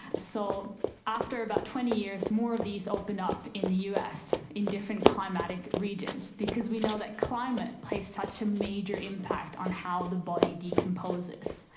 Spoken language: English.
so after about twenty years, more of these opened up in the us in different climatic regions because we know that climate plays such a major impact on how the body decomposes.